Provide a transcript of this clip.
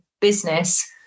business